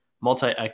multi